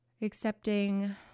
accepting